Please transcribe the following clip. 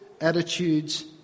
attitudes